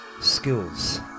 Skills